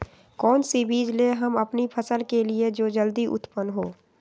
कौन सी बीज ले हम अपनी फसल के लिए जो जल्दी उत्पन हो?